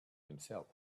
himself